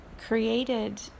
created